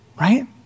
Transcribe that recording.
right